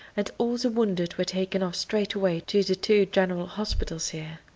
and all the wounded were taken off straight away to the two general hospitals here.